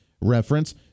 reference